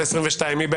רביזיה על 25. מי בעד?